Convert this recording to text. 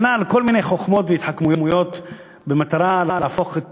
כנ"ל כל מיני חוכמות והתחכמויות במטרה להפוך את